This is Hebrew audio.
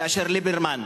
כאשר ליברמן,